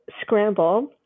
scramble